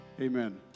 amen